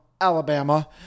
Alabama